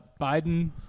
Biden